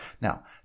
Now